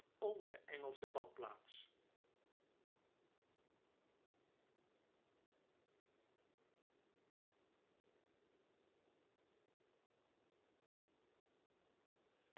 onze bad plaats